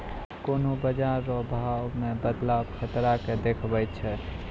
कोन्हों बाजार रो भाव मे बदलाव खतरा के देखबै छै